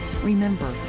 Remember